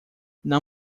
não